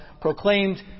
proclaimed